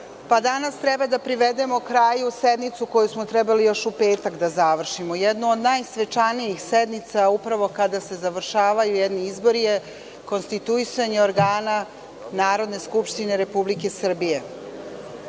danas treba da privedemo kraju sednicu koju smo trebali još u petak da završimo. Jedna od najsvečanijih sednica, upravo kada se završavaju jedni izbori, jeste konstituisanje organa Narodne skupštine Republike Srbije. Sve